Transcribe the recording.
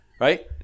right